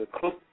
cook